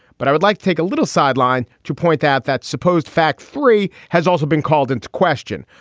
but i would like take a little sideline to point that that supposed fact three has also been called into question.